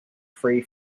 free